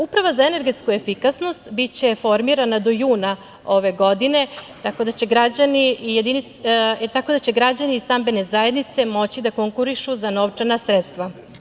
Uprava za energetsku efikasnost biće formirana do juna ove godine, tako da će građani stambene zajednice moći da konkurišu za novčana sredstva.